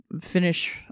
finish